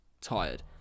tired